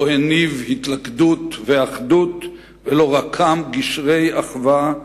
לא הניב התלכדות ואחדות ולא רקם גשרי אחווה,